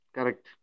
Correct